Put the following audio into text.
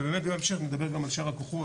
ובאמת בהמשך נדבר גם על שאר הכוחות,